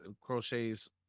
crochets